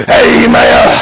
amen